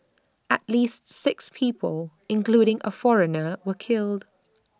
at least six people including A foreigner were killed